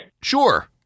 Sure